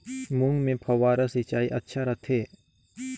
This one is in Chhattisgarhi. मूंग मे फव्वारा सिंचाई अच्छा रथे?